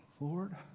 Lord